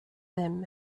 them